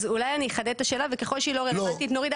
אז אולי אני אחדד את השאלה וככל שהיא לא רלוונטית נוריד.